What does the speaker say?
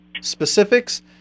specifics